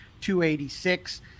286